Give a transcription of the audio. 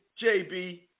JB